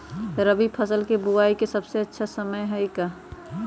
रबी फसल के बुआई के सबसे अच्छा समय का हई?